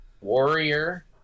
Warrior